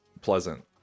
pleasant